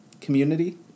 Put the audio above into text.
community